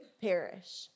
perish